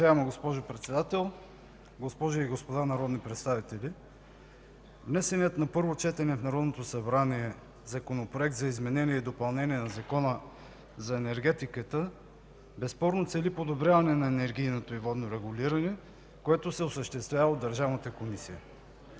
Уважаема госпожо Председател, госпожи и господа народни представители! Внесеният на първо четене в Народното събрание Законопроект за изменение и допълнение на Закона за енергетиката безспорно цели подобряване на енергийното и водно регулиране, което се осъществява от Държавната комисия.